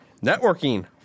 Networking